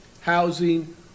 housing